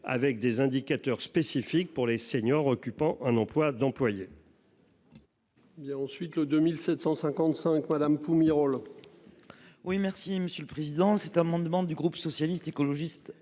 avec des indicateurs spécifiques pour les seniors occupant un emploi d'employer.